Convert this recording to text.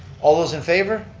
all those in favor,